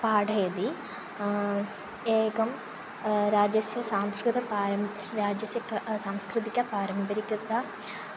पाठयति एकं राजस्य संस्कृतपरं राजस्य क सांस्कृतिकपारम्परिकता